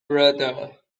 brother